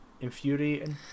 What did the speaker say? infuriating